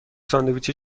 ساندویچ